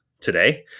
Today